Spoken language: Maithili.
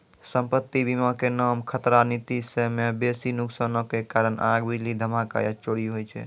सम्पति बीमा के नाम खतरा नीति मे बेसी नुकसानो के कारण आग, बिजली, धमाका या चोरी होय छै